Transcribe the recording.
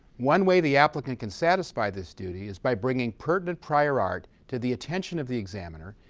one way the applicant can satisfy this duty is by bringing pertinent prior art to the attention of the examiner,